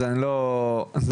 זה גם נושא.